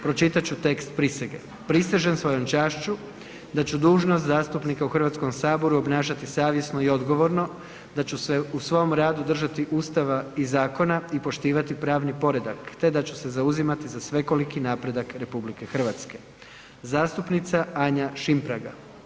Pročitat ću tekst prisege: „Prisežem svojom čašću da ću dužnost zastupnika u Hrvatskom saboru obnašati savjesno i odgovorno, da ću se u svom radu držati Ustava i zakona i poštivati pravni predak te da ću se zauzimati za svekoliki napredak RH.“ Zastupnica Anja Šimpraga.